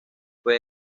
fue